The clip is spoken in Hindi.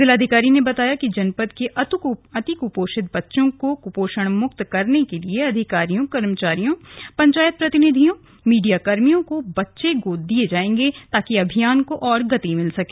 जिलाधिकारी ने बताया कि जनपद के अतिकपोषित बच्चो को कपोषणमुक्त करने के लिए अधिकारियों कर्मचारियों पंचायत प्रतिनिधियों मीडिया कर्मियों को बच्चे गोद दिये जायेंगे ताकि अभियान को और गति मिल सके